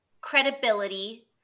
credibility